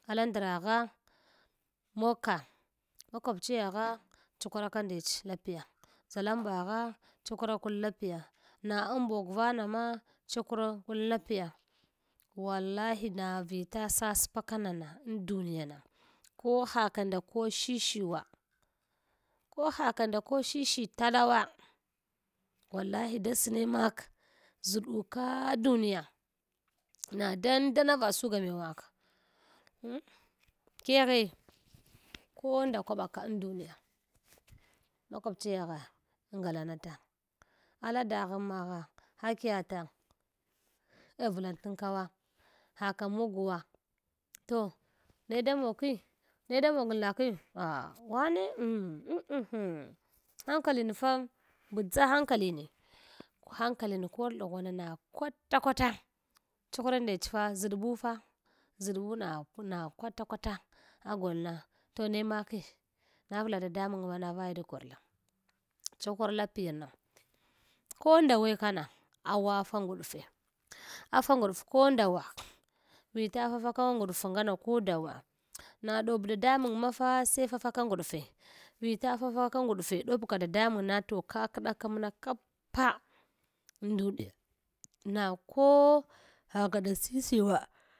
Ala ndragha mogka, makwaɓchiyagha chuhraka ndech lapia, ʒalamba gha chuhura kun lapiya na na ambog nanama chuhra kum lapiya wallahi na vita saspaka nana an duniyana ko hakanda ko shishiwa ko haka nda ko shishi talawa wallahi da sne make ʒduka duniya na dandana va suga mew mak keghi ko nda kwaba ka an duniya makwabiyagha da ngalanata ala dagham magha hakiya tam erla t’ kawa haka moguwa toh neda mogki, ne da moge nelaki ah wane ang hankalinfa bdʒa hankaline kur hankalin kol ɗughuwana na kwata kwata chuhra ndech fa ʒaɗbu fa ʒaɗbu nak nakwata kwata agolna toh ne make na ula dadamangma na vaye da korla chekur lapiyana ko nda weh kana awafa nguɗfe afa rguɗz ko nda wa vita fafaka ngudʒngana ko dawa na ɗob dadamang ma fa sai fafaka ngudʒe vila fafaka nguɗze ɗobka dadamangn toh ka kɗakamna kappa nduɗoya na ko haka da sisiwa.